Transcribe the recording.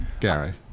Gary